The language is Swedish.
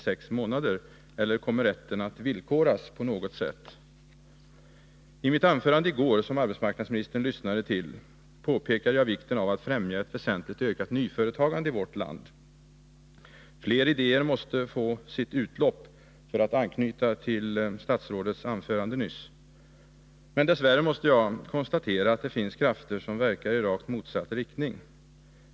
I mitt anförande i går, som arbetsmarknadsministern lyssnade till, pekade jag på vikten av att främja ett väsentligt ökat nyföretagande i vårt land. Fler idéer måste få sitt utlopp — för att anknyta till statsrådets anförande nyss. Men dess värre måste jag konstatera att det finns krafter som verkar i rakt motsatt riktning.